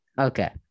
Okay